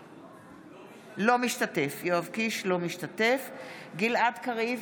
אינו משתתף בהצבעה גלעד קריב,